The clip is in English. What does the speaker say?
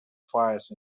fires